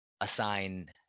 assign